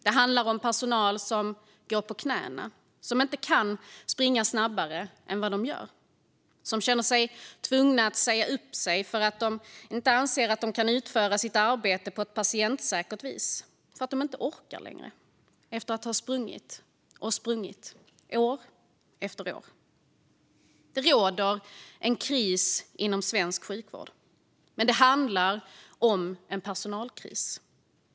Det handlar om personal som går på knäna, som inte kan springa snabbare än vad de gör, som känner sig tvungna att säga upp sig för att de anser att de inte kan utföra sitt arbete på ett patientsäkert vis och för att de inte orkar längre efter att ha sprungit och sprungit, år efter år. Det råder en kris inom svensk sjukvård, men det handlar om en personalkris.